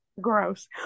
Gross